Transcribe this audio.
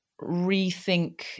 rethink